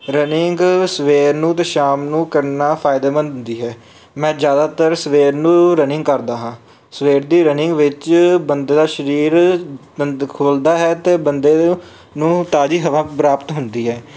running ਸਵੇਰ ਨੂੰ ਅਤੇ ਸ਼ਾਮ ਨੂੰ ਕਰਨਾ ਫਾਇਦੇਮੰਦ ਹੁੰਦੀ ਹੈ ਮੈਂ ਜ਼ਿਆਦਾਤਰ ਸਵੇਰ ਨੂੰ ਰਨਿੰਗ ਕਰਦਾ ਹਾਂ ਸਵੇਰ ਦੀ ਰਨਿੰਗ ਵਿੱਚ ਬੰਦੇ ਦਾ ਸਰੀਰ ਤੰਦ ਖੁੱਲ੍ਹਦਾ ਹੈ ਅਤੇ ਬੰਦੇ ਨੂੰ ਤਾਜ਼ੀ ਹਵਾ ਪ੍ਰਾਪਤ ਹੁੰਦੀ ਹੈ